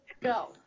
go